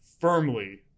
firmly